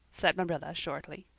said marilla shortly.